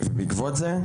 ובעקבות זה,